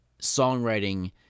songwriting